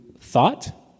thought